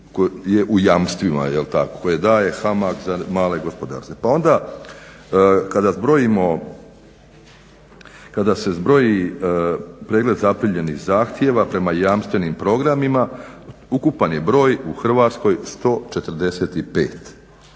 koji daje HAMAG za male gospodarstva, pa onda kada zbrojimo, kada se zbroji predmet zaprimljenih zahtjeva prema jamstvenim programima ukupan je broj u Hrvatskoj 145.